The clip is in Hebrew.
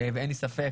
ואין לי ספק